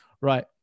right